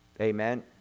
Amen